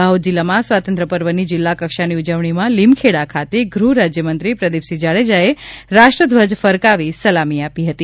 દાહોદ જીલ્લામાં સ્વાતંત્ર્ય પર્વની જીલ્લા કક્ષાની ઉજવણીમાં લીમખેડા ખાતે ગ્રહ રાજયમંત્રી પ્રદીપસિંહ જાડેજાએ રાષ્ટ્રધ્વજ ફરકાવી સલામી આપી હતી